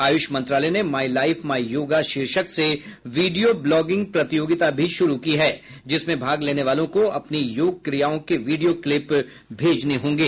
आयुष मंत्रालय ने my life my yoga शीर्षक से वीडियो ब्लागिंग प्रतियोगिता भी शुरू की है जिसमें भाग लेने वालों को अपनी योग क्रियाओं को वीडियो क्लिप भेजने होंगे